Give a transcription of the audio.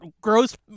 gross